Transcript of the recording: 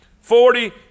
Forty